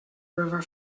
river